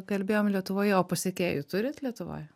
kalbėjom lietuvoje o pasekėjų turit lietuvoj